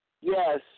Yes